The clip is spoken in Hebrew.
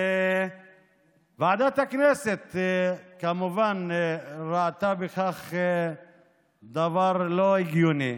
ועדת הכנסת, כמובן, ראתה בכך דבר לא הגיוני,